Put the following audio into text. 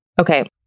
Okay